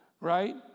right